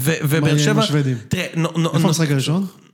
ובאר שבע... מה יהיה עם השבדים? תראה... נו, נו, נו... איפה נשחק בראשון?